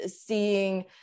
seeing